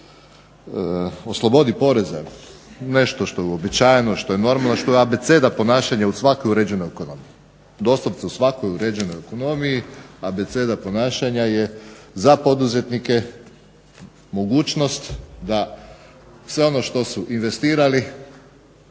oslobodi poreza nešto što je uobičajeno nešto što je normalno što je abeceda ponašanja u svakoj uređenoj ekonomiji, doslovce u svakoj uređenoj ekonomiji, abeceda ponašanja je za poduzetnike mogućnost sve ono što su investirali